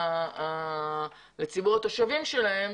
לתושבים שלהם,